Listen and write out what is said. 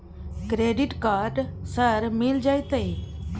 Credit card सर मिल जेतै?